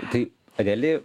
tai reali